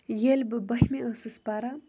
ییٚلہِ بہٕ بٔہمہِ ٲسٕس پَران